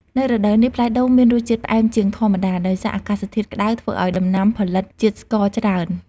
នៅរដូវនេះ ផ្លែដូងមានរសជាតិផ្អែមជាងធម្មតា ដោយសារអាកាសធាតុក្តៅធ្វើឲ្យដំណាំផលិតជាតិស្ករច្រើន។